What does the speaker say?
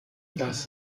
das